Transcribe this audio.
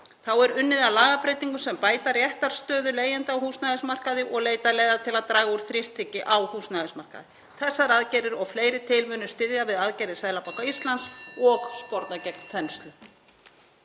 Þá er unnið að lagabreytingum sem bæta réttarstöðu leigjenda á húsnæðismarkaði og leitað leiða til að draga úr þrýstingi á húsnæðismarkaði. Þessar aðgerðir og fleiri til munu styðja við aðgerðir Seðlabanka Íslands og sporna gegn þenslu.